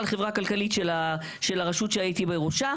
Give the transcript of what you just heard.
חברה כלכלית של הרשות שהייתי בראשה.